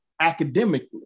academically